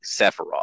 Sephiroth